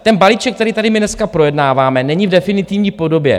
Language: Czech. Ten balíček, který tady my dneska projednáváme, není v definitivní podobě.